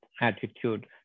attitude